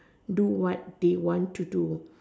do what they want to do